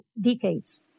decades